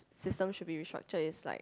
system should be restructured is like